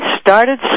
started